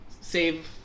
save